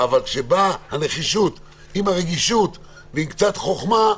אבל כשבאה הנחישות עם הרגישות ועם קצת חוכמה,